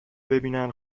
ببینن